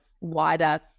wider